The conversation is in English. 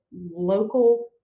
local